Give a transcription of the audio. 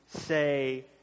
say